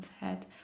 head